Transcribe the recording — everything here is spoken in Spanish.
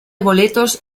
boletos